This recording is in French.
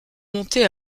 montées